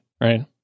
right